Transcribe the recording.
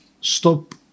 stop